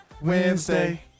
Wednesday